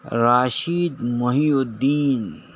Rashid محی الدین